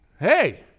Hey